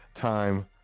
time